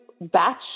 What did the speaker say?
batch